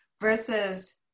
versus